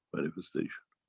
manifestation.